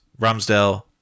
Ramsdale